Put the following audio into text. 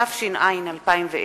התש”ע 2010,